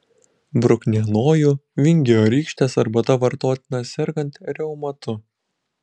bruknienojų vingiorykštės arbata vartotina sergant reumatu